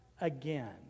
again